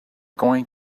going